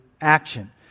action